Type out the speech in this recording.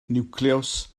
niwclews